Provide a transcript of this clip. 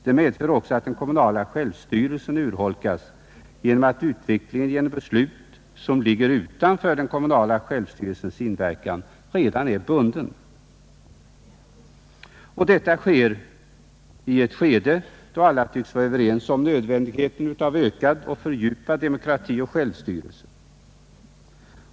Det medför också att den kommunala självstyrelsen urholkas genom att utvecklingen genom beslut, som ligger utanför den kommunala självstyrelsens inverkan, redan är ekonomiskt bunden. Och detta sker i ett skede då alla tycks vara överens om nödvändigheten av ökad och fördjupad demokrati och självstyrelse.